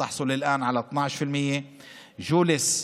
תקבל עכשיו 12%; ג'וליס,